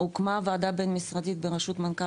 הוקמה ועדה בין משרדית בראשות מנכ"ל